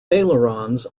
ailerons